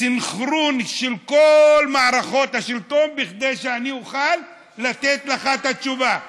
סנכרון של כל מערכות השלטון כדי שאני אוכל לתת לך את התשובה.